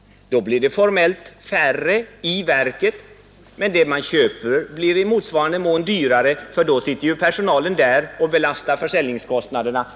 Då blir det formellt färre i verket, men det man köper blir i motsvarande mån dyrare, för då sitter ju personalen på säljarsidan och belastar försäljningskostnaderna.